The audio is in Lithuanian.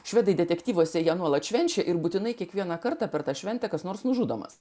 švedai detektyvuose jie nuolat švenčia ir būtinai kiekvieną kartą šventė kas nors nužudomas